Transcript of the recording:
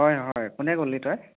হয় হয় কোনে কলি তই